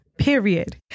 period